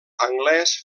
anglès